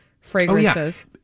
fragrances